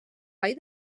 vall